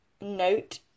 note